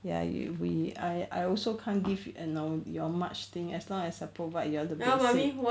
ya ya we I I also can't give you and now you all much thing as long I provide you all the basic